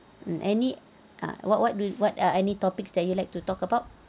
mm any ah what what what are any topics that you like to talk about